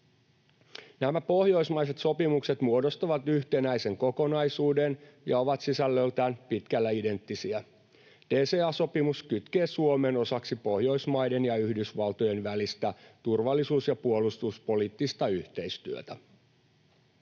Nämä pohjoismaiset sopimukset muodostavat yhtenäisen kokonaisuuden ja ovat sisällöltään pitkälle identtisiä. DCA-sopimus kytkee Suomen osaksi Pohjoismaiden ja Yhdysvaltojen välistä turvallisuus- ja puolustuspoliittista yhteistyötä.